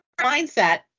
mindset